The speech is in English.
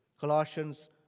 Colossians